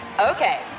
Okay